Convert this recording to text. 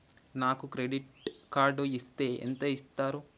నాకు credit card ఇస్తే ఎంత ఇస్తరు?